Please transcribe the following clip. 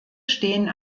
stehen